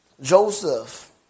Joseph